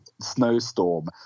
snowstorm